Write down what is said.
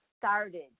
started